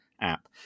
app